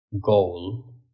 goal